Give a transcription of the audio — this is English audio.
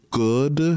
good